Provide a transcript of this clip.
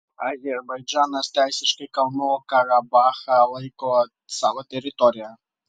azerbaidžanas teisiškai kalnų karabachą laiko savo teritorija